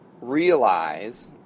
realize